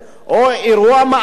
או אירוע מעקב,